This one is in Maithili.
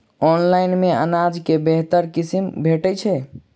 ऑनलाइन मे अनाज केँ बेहतर किसिम भेटय छै?